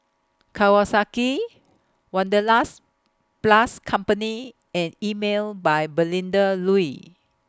Kawasaki Wanderlust Plus Company and Emel By Melinda Looi